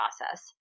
process